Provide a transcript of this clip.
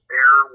air